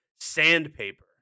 sandpaper